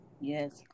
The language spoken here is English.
Yes